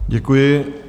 Děkuji.